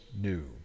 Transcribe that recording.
new